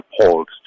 appalled